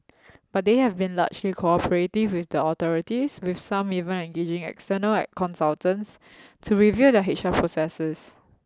but they have been largely cooperative with the authorities with some even engaging external consultants to review their H R processes